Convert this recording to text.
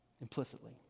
implicitly